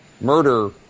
murder